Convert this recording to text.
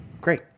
Great